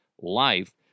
Life